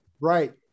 Right